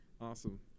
Awesome